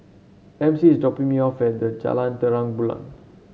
Ramsey is dropping me off at Jalan Terang Bulan